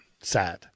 sad